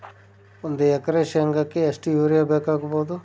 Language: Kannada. ಒಂದು ಎಕರೆ ಶೆಂಗಕ್ಕೆ ಎಷ್ಟು ಯೂರಿಯಾ ಬೇಕಾಗಬಹುದು?